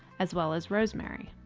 as well as rosemary.